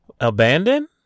Abandoned